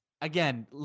Again